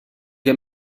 què